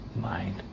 mind